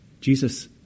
Jesus